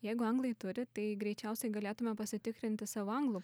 jeigu anglai turi tai greičiausiai galėtume pasitikrinti savo anglų